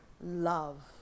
love